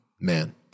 man